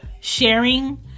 sharing